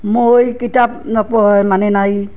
মই কিতাপ নপঢ়াৰ মানে নাই